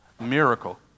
Miracle